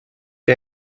the